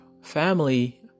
family